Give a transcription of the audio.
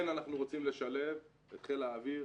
כן אנחנו רוצים לשלב את חיל האויר,